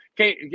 Okay